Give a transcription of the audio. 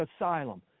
asylum